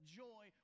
joy